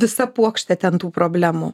visa puokštė ten tų problemų